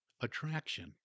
attraction